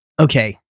Okay